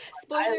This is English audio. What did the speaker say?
Spoiler